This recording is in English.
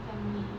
family